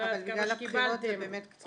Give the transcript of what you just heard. אני יודעת להגיד לך שאנחנו עובדים.